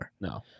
No